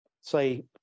say